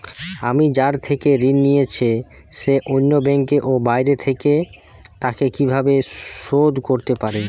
আমি যার থেকে ঋণ নিয়েছে সে অন্য ব্যাংকে ও বাইরে থাকে, তাকে কীভাবে শোধ করতে পারি?